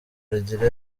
rugira